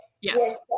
Yes